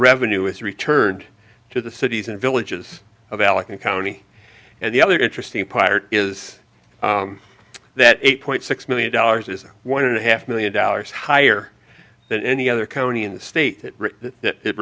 revenue is returned to the cities and villages of allegheny county and the other interesting part is that eight point six million dollars is one and a half million dollars higher than any other county in the state